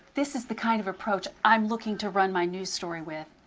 this is the kind of approach i'm looking to run my news story with.